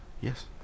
Yes